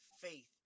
faith